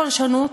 פרשנות,